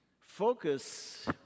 Focus